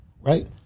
right